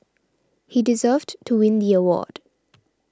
he deserved to win the award